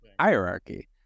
hierarchy